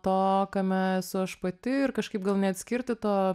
to kame esu aš pati ir kažkaip gal neatskirti to